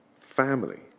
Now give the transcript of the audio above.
Family